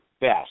best